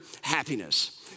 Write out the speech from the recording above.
happiness